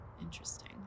Interesting